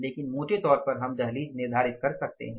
लेकिन मोटे तौर पर हम दहलीज़ निर्धारित कर सकते हैं